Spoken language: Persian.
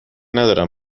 ندارم